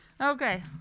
Okay